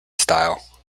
style